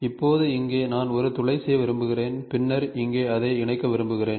இப்போது இங்கே நான் ஒரு துளை செய்ய விரும்புகிறேன் பின்னர் இங்கே அதை இணைக்க விரும்புகிறேன்